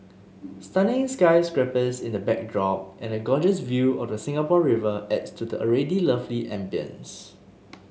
stunning sky scrapers in the backdrop and a gorgeous view of the Singapore River adds to the already lovely ambience